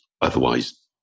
Otherwise